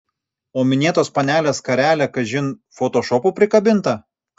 o minėtos panelės skarelė kažin fotošopu prikabinta